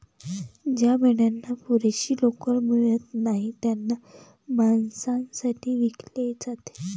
ज्या मेंढ्यांना पुरेशी लोकर मिळत नाही त्यांना मांसासाठी विकले जाते